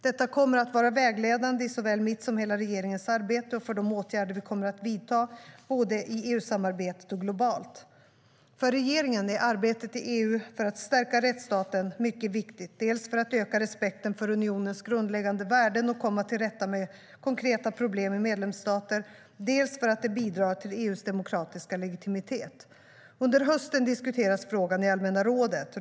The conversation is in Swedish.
Detta kommer att vara vägledande i såväl mitt som hela regeringens arbete och för de åtgärder vi kommer att vidta, både i EU-samarbetet och globalt. För regeringen är arbetet i EU för att stärka rättsstaten mycket viktigt, dels för att öka respekten för unionens grundläggande värden och komma till rätta med konkreta problem i medlemsstater, dels för att det bidrar till EU:s demokratiska legitimitet. Under hösten diskuteras frågan i allmänna rådet.